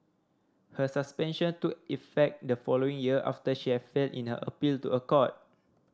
her suspension took effect the following year after she had failed in her appeal to a court